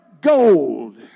gold